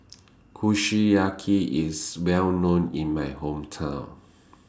Kushiyaki IS Well known in My Hometown